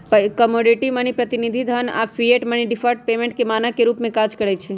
commodity money, प्रतिनिधि धन आऽ फिएट मनी डिफर्ड पेमेंट के मानक के रूप में काज करइ छै